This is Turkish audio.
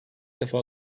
defa